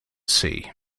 sea